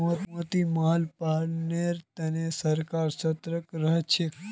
मोती माछ पालनेर तने सरकारो सतर्क रहछेक